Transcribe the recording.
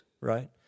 right